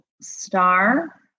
star